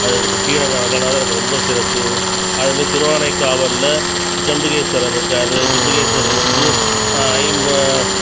அது ஸ்ரீரங்கம் ரங்கநாதர் அங்கே ரொம்ப சிறப்பு அதுமாதிரி திருவாணைக்காவலில் ஜம்புகேஸ்வரர் இருக்கார் ஜம்புகேஸ்வரர் வந்து ஐம்பொ